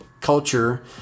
culture